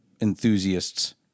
enthusiasts